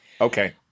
Okay